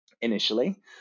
initially